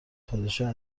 پادشاه